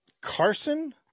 Carson